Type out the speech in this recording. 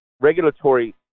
regulatory